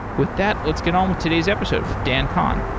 with that, let's get on with today's episode with dan kohn.